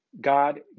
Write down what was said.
God